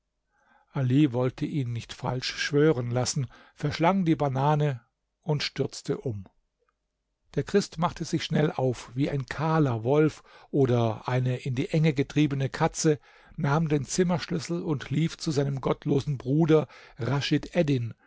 ali wollte ihn nicht falsch schwören lassen verschlang die banane und stürzte um der christ machte sich schnell auf wie ein kahler wolf oder eine in die enge getriebene katze nahm den zimmerschlüssel und lief zu seinem gottlosen bruder